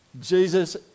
Jesus